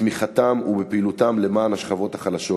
בתמיכתם ובפעילותם למען השכבות החלשות